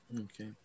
Okay